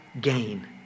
gain